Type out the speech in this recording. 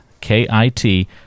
K-I-T